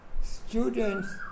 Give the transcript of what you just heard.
students